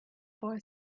boy